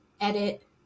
edit